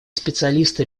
специалисты